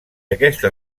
aquesta